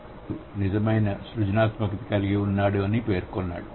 వాస్తవానికి పిల్లవాడు నిజమైన సృజనాత్మక కలిగి ఉన్నాడు అని పేర్కొన్నాడు